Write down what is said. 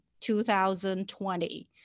2020